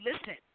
listen